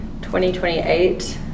2028